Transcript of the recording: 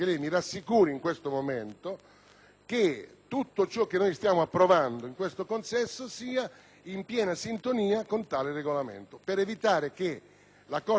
la Corte di giustizia, anche sollecitata da interessi privati legittimi, possa annullare il lavoro che noi stiamo facendo e aprire eventuali procedure